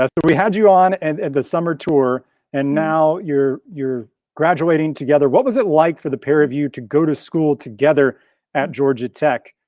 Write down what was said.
ah but we had you on and and the summer tour and now you're you're graduating together. what was it like for the pair of you to go to school together at georgia tech?